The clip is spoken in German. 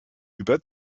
über